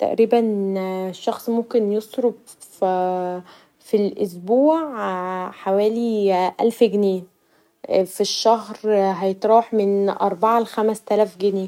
تقريبا الشخص ممكن يصرف في الاسبوع حوالي الف جنيه في الشهر هيتراوح من اربعه ل خمس تلاف جنيه.